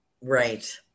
Right